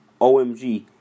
OMG